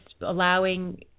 allowing